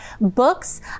books